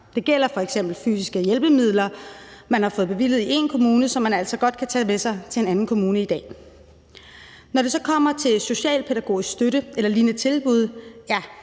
Det gælder f.eks. fysiske hjælpemidler, man har fået bevilget i én kommune, som man altså godt må tage med sig til en anden kommune i dag. Når det så kommer til socialpædagogisk støtte eller lignende tilbud, har